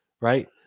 right